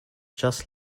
just